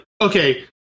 okay